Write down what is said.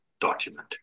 document